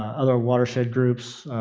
other watershed groups,